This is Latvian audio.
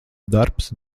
darbs